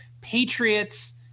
Patriots